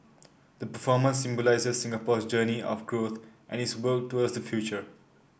the performance symbolises Singapore's journey of growth and its work towards the future